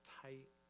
tight